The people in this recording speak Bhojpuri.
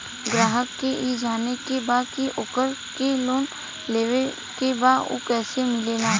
ग्राहक के ई जाने के बा की ओकरा के लोन लेवे के बा ऊ कैसे मिलेला?